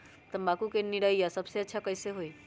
तम्बाकू के निरैया सबसे अच्छा कई से होई?